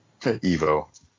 Evo